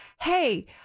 hey